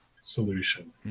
solution